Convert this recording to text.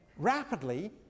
Rapidly